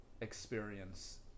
experience